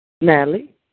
Natalie